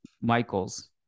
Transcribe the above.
Michaels